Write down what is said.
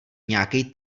nějakej